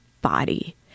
body